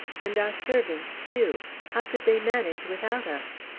and our servants, too how could they manage without us?